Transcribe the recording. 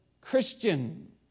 Christian